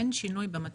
אין שינוי במצב.